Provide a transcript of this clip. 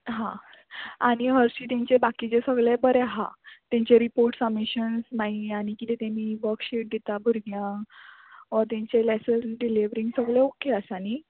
हां आनी हरशीं तेंचे बाकीचे सगळे बरें आहा तेंचे रिपोर्ट सबमिशन्स मागी आनी किदें तेमी वर्कशीट दिता भुरग्यांक ओ तेंचे लॅसन डिलीवरींग सगळे ओके आसा न्ही